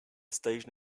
station